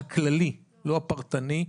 הכללי ולא הפרטני,